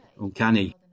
uncanny